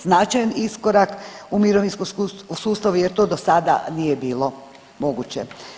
Značajan iskorak u mirovinskom sustavu jer to do sada nije bilo moguće.